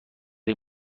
این